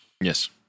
Yes